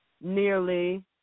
nearly